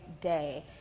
day